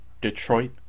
detroit